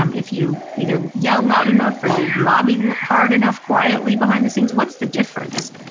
um if you either yell loud enough for you. lobbying hard enough quietly behind the scenes, what's the difference?